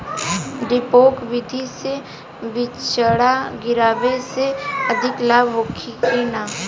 डेपोक विधि से बिचड़ा गिरावे से अधिक लाभ होखे की न?